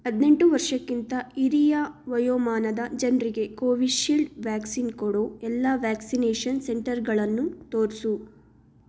ಹದಿನೆಂಟು ವರ್ಷಕ್ಕಿಂತ ಹಿರಿಯ ವಯೋಮಾನದ ಜನರಿಗೆ ಕೋವಿಶೀಲ್ಡ್ ವ್ಯಾಕ್ಸಿನ್ ಕೊಡೋ ಎಲ್ಲ ವ್ಯಾಕ್ಸಿನೇಷನ್ ಸೆಂಟರ್ಗಳನ್ನೂ ತೋರಿಸು